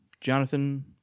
Jonathan